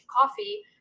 coffee